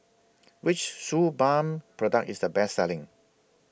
Which Suu Balm Product IS The Best Selling